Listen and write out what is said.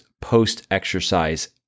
post-exercise